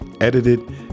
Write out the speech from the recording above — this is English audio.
edited